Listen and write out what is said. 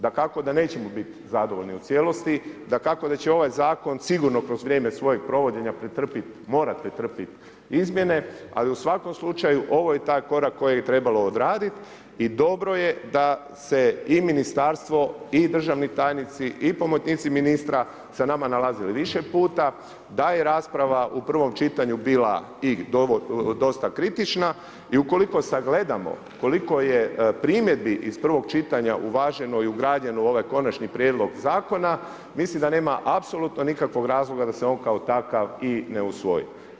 Dakako da nećemo biti zadovoljni u cijelosti, dakako da će ovaj zakon sigurno kroz vrijeme svojeg provođenja morat pretrpit izmjene, ali u svakom slučaju ovo je taj korak kojeg je trebalo odradit i dobro je da se i ministarstvo i državni tajnici i pomoćnici ministra sa nama nalazili više puta, da je rasprava u prvom čitanju bila i dosta kritična i ukoliko sagledamo koliko je primjedbi iz prvog čitanja uvaženo i ugrađeno u ovaj konačni prijedlog zakona, mislim da nema apsolutno nikakvog razloga da se on kao takav i ne usvoji.